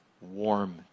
warm